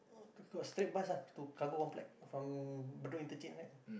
got straight bus ah to Cargo Complex from Bedok interchange right